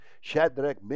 Shadrach